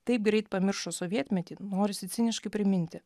taip greit pamiršo sovietmetį norisi ciniškai priminti